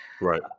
Right